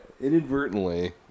inadvertently